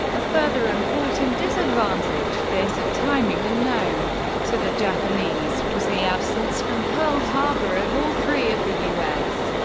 a further important disadvantage this of timing, and known to the japanese was the absence from pearl harbor of all three of the u s.